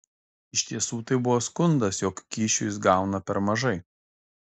iš tiesų tai buvo skundas jog kyšių jis gauna per mažai